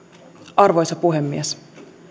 arvoisa puhemies